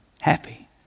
happy